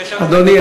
אדוני,